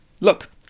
Look